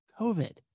COVID